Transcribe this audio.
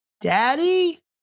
daddy